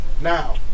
Now